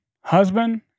husband